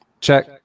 check